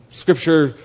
Scripture